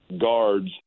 guards